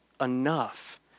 enough